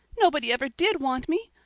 nobody ever did want me.